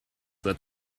that